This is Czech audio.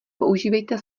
používejte